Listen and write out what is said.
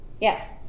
yes